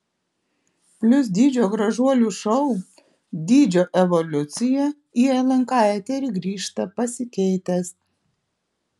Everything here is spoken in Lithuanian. plius dydžio gražuolių šou dydžio evoliucija į lnk eterį grįžta pasikeitęs